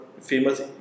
Famous